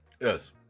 Yes